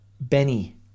benny